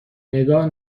نگاه